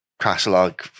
catalog